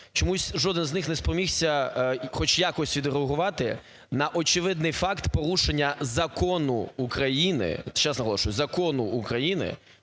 чомусь жоден з них не спромігся хоч якось відреагувати на очевидний факт порушення Закону України, ще раз наголошую, Закону України